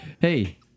Hey